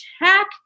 attack